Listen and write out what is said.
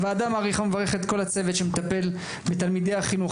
הוועדה מעריכה ומברכת את כל הצוות שמטפל בתלמידי החינוך